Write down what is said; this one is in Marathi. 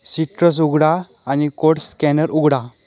सिट्रस उघडा आणि कोड स्कॅनर उघडा